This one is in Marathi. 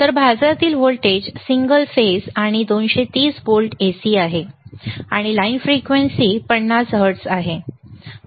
तर भारतातील व्होल्टेज सिंगल फेज आणि 230 व्होल्ट AC आहे आणि लाईन फ्रिक्वेन्सी 50 हर्ट्झ आहे